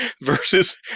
versus